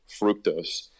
fructose